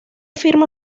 firma